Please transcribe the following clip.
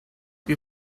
you